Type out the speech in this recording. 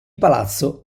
palazzo